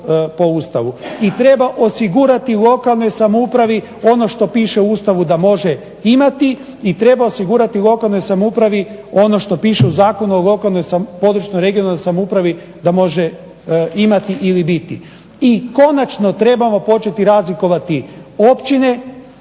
i treba osigurati lokalnoj samoupravi ono što piše u Ustavu da može imati i treba osigurati lokalnoj samoupravi ono što piše u Zakonu o lokalnoj samoupravi da može imati ili biti. I konačno trebamo početi razlikovati općine,